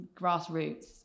grassroots